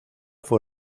fue